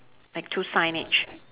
like two signage